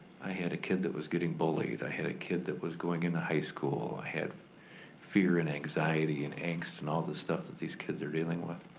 i had a kid that was getting bullied. i had a kid that was going into high school. i had fear and anxiety and angst and all this stuff that these kids are dealing with.